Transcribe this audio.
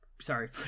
sorry